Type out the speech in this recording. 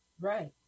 Right